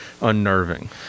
unnerving